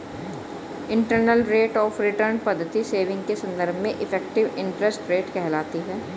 internal rate of return पद्धति saving के संदर्भ में इफेक्टिव इंटरेस्ट रेट कहलाती है